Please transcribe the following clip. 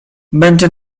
będzie